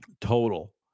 total